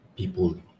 People